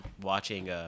watching –